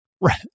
right